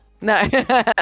No